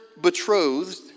betrothed